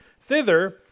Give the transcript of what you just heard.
thither